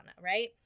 right